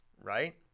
right